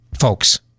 folks